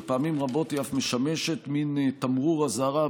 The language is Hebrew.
ופעמים רבות היא אף משמשת מין "תמרור אזהרה"